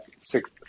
six